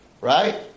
Right